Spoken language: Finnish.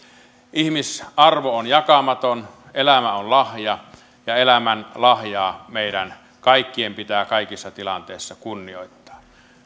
ihmisarvo on jakamaton elämä on lahja ja elämän lahjaa meidän kaikkien pitää kaikissa tilanteissa kunnioittaa